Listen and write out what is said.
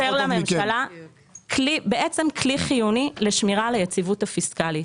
אז אנחנו מציעים לאפשר לממשלה כלי חיוני לשמירה על היציבות הפיסקלית.